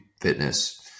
fitness